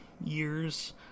years